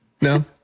No